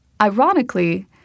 Ironically